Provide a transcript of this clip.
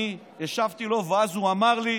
אני השבתי לו ואז הוא אמר לי: